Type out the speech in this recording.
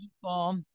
people